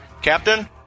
Captain